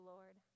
Lord